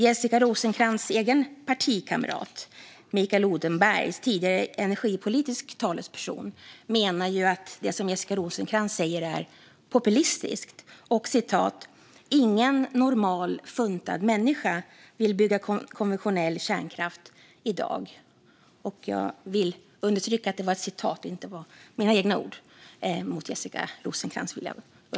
Jessica Rosencrantz egen partikamrat Mikael Odenberg, tidigare energipolitisk talesperson, menar att det som Jessica Rosencrantz säger är populistiskt. Ingen normal funtad människa vill bygga konventionell kärnkraft i dag, säger han. Låt mig understryka att detta är Mikael Odenbergs ord och inte mina.